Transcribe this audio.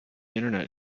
internet